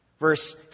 Verse